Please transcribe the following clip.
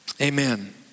Amen